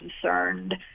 concerned